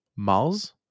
mars